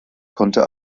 konnte